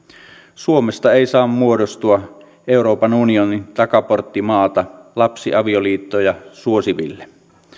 suomesta ei saa muodostua euroopan unionin takaporttimaata lapsiavioliittoja suosiville